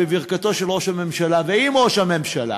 בברכתו של ראש הממשלה ועם ראש הממשלה,